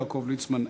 יעקב ליצמן,